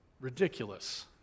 Ridiculous